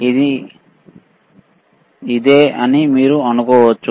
ఇది ఇదే అని మీరు అనుకోవచ్చు